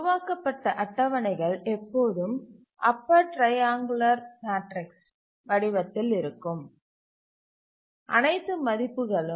உருவாக்கப்பட்ட அட்டவணைகள் எப்போதும் அப்பர் ட்ரைஆங்குளர் மேட்ரிக்ஸ் வடிவத்தில் இருக்கும்